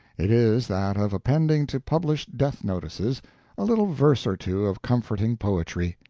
it is that of appending to published death-notices a little verse or two of comforting poetry.